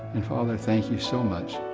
and father, thank you so much